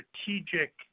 strategic